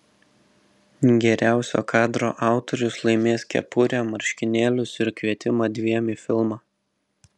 geriausio kadro autorius laimės kepurę marškinėlius ir kvietimą dviem į filmą